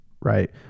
Right